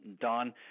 Don